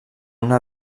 una